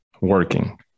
working